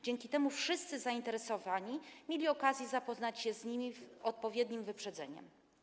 Dzięki temu wszyscy zainteresowani mieli okazję zapoznać się z nimi z odpowiednim wyprzedzeniem.